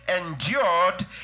endured